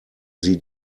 sie